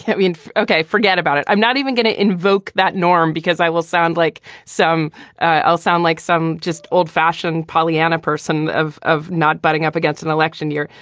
we. and okay, forget about it. i'm not even going to invoke that norm, because i will sound like some i'll sound like some just old fashioned pollyanna person of of not putting up against an election year.